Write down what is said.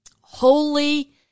Holy